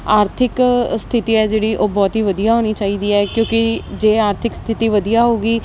ਆਰਥਿਕ ਸਥਿਤੀ ਹੈ ਜਿਹੜੀ ਉਹ ਬਹੁਤ ਹੀ ਵਧੀਆ ਹੋਣੀ ਚਾਹੀਦੀ ਹੈ ਕਿਉਂਕਿ ਜੇ ਆਰਥਿਕ ਸਥਿਤੀ ਵਧੀਆ ਹੋਵੇਗੀ